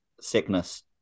sickness